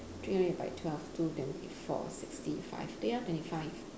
three hundred divide by twelve two twenty four sixty five 对 ah twenty five